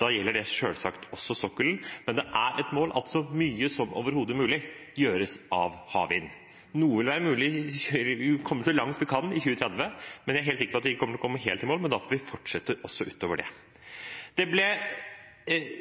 Da gjelder det selvsagt også sokkelen, men det er et mål at så mye som overhodet mulig gjøres av havvind. Noe vil være mulig. Vi vil komme så langt vi kan i 2030, men jeg er helt sikker på at vi ikke kommer til å komme helt i mål, men da får vi fortsette også utover det.